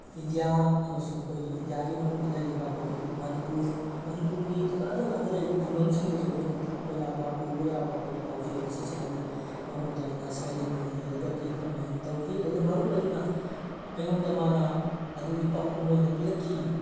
India ꯑꯃꯁꯨꯡ ꯑꯩꯈꯣꯏꯒꯤ ꯏꯟꯗꯤꯌꯥꯒꯤ ꯃꯅꯨꯡꯗ ꯂꯩꯔꯤꯕ ꯑꯩꯈꯣꯏꯒꯤ ꯃꯅꯤꯄꯤꯔ ꯃꯅꯤꯄꯤꯔꯒꯤ ꯖꯒꯥ ꯖꯒꯥꯗ ꯂꯩꯔꯤꯕ ꯈꯨꯡꯒꯪꯁꯤꯡꯗꯁꯨ ꯑꯩꯈꯣꯏꯅ ꯊꯛꯄ ꯌꯥꯕ ꯄꯨꯕ ꯌꯥꯕ ꯑꯩꯈꯣꯏꯒꯤ ꯄꯥꯎꯖꯦꯜ ꯑꯁꯤꯁꯦ ꯑꯩꯅ ꯃꯉꯣꯟꯗ ꯑꯩꯅ ꯁꯩꯔꯦꯡ ꯑꯣꯏꯅ ꯏꯔꯒ ꯒꯤꯞꯐ ꯑꯃ ꯑꯩꯅ ꯇꯧꯈꯤ ꯑꯗꯨꯗ ꯃꯔꯨꯞ ꯑꯗꯨꯅ ꯑꯩꯉꯣꯟꯗ ꯃꯥꯅ ꯑꯗꯨꯒꯤ ꯄꯥꯎꯈꯨꯝ ꯑꯣꯏꯅ ꯄꯤꯔꯛꯈꯤ